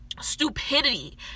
stupidity